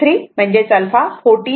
म्हणून हे α 40